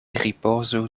ripozu